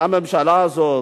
הממשלה הזאת,